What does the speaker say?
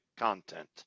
content